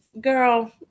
girl